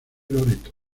loreto